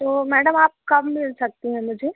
तो मैडम आप कब मिल सकती हैं मुझे